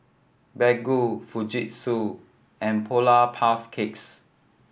Baggu Fujitsu and Polar Puff Cakes